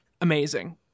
amazing